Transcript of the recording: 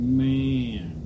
man